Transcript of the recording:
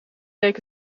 leek